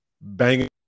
banging